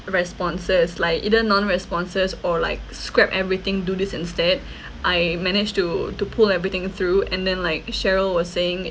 responses like either non responses or like scrap everything do this instead I managed to to pull everything through and then like sheryl was saying